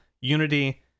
unity